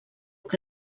que